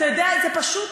אתה יודע, זה פשוט,